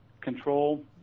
control